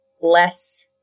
less